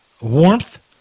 Warmth